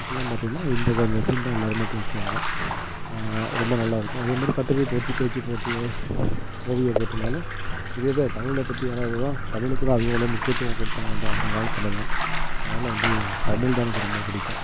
அப்போலாம் பார்த்தீங்கன்னா இது இந்த சீன்தான் எல்லாருமே பேசுவாங்க ரொம்ப நல்லாயிருக்கும் அதேமாதிரி கட்டுரைப் போட்டி பேச்சுப் போட்டி ஓவியப் போட்டினாலும் இதேதான் தமிழை பற்றியானது தான் தமிழுக்கு தான் அது மூலம் முக்கியத்துவம் கொடுத்தாங்க அந்த அந்த காலத்திலெலாம் அதனால் வந்து தமிழ் தான் எனக்கு ரொம்ப பிடிக்கும்